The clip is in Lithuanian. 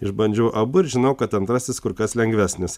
išbandžiau abu ir žinau kad antrasis kur kas lengvesnis